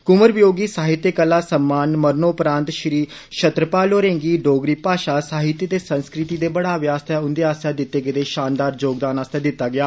कुंवर वियोगी साहित्य कला सम्मान मरनोपरांत श्री छत्तर पाल होरें गी डोगरी भाषा साहित्य ते संस्कृति दे बढ़ावे आस्तै उंदे आस्सेआ दित्ते गेदे शानदार योगदान आस्तै दित्ता गेआ